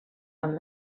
amb